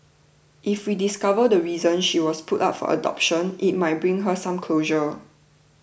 if we discover the reason she was put up for adoption it might bring her some closure